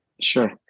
Sure